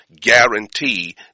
guarantee